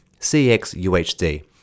CX-UHD